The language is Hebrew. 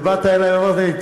ובאת אלי ואמרת לי,